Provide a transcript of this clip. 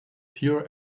pure